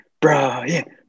Brian